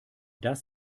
das